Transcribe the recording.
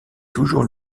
toujours